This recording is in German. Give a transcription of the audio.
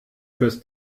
fürs